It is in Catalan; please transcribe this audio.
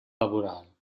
laboral